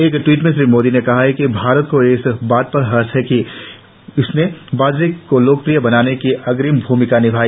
एक ट्वीट में श्री मोदी ने कहा कि भारत को इस बात का हर्ष है कि इसने बाजरे को लोकप्रिय बनाने में अग्रणी भ्रमिका निभाई